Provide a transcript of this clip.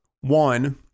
one